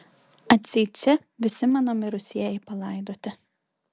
atseit čia visi mano mirusieji palaidoti